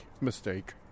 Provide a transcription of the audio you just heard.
mistake